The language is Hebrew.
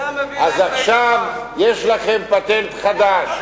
אז עכשיו יש לכם פטנט חדש,